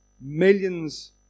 millions